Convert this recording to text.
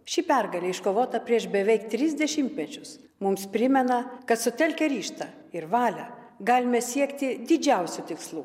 ši pergalė iškovota prieš beveik tris dešimtmečius mums primena kad sutelkę ryžtą ir valią galime siekti didžiausių tikslų